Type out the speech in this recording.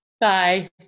Bye